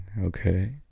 Okay